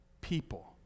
people